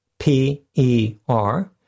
P-E-R